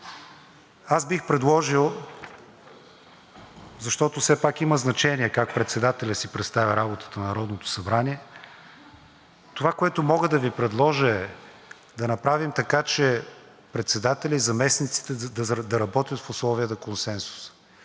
аз бих предложил, защото все пак има значение как председателят си представя работата на Народното събрание, да направим така, че председателят и заместниците да работят в условия на консенсус,